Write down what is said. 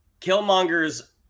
Killmonger's